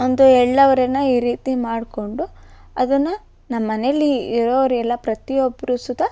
ಒಂದು ಎಳ್ಳವರೆನ ಈ ರೀತಿ ಮಾಡಿಕೊಂಡು ಅದನ್ನು ನಮ್ಮನೆಯಲ್ಲಿ ಇರೋರೆಲ್ಲ ಪ್ರತಿಯೊಬ್ರು ಸುತ